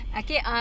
okay